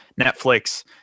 Netflix